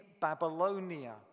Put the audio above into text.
Babylonia